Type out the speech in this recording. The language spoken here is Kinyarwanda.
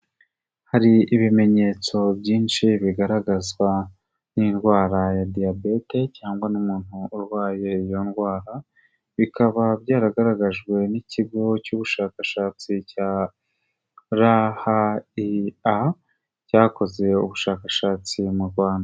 Hari ibimenyetso byinshi bigaragazwa n'indwara ya Diyabete cyangwa n'umuntu urwaye iyo ndwara, bikaba byaragaragajwe n'ikigo cy'ubushakashatsi cya RHIA cyakoze ubushakashatsi mu Rwanda.